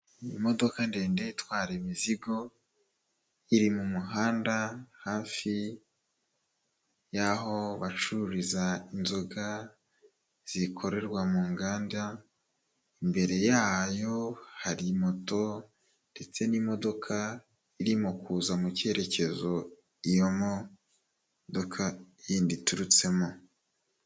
Iyi modoka ndende itwara imizigo iri mu muhanda hafi y'aho bacururiza inzoga zikorerwa mu nganda, imbere yayo hari moto ndetse n'imodoka irimo kuza mu cyerekezo iyo modoka yindi iturutsemo.